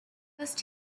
first